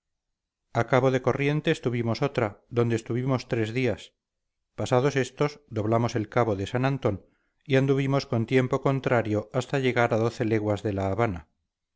cabo de corrientes tuvimos otra donde estuvimos tres días pasados éstos doblamos el cabo de san antón y anduvimos con tiempo contrario hasta llegar a doce leguas de la habana